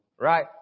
right